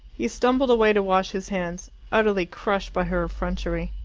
he stumbled away to wash his hands, utterly crushed by her effrontery.